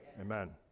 Amen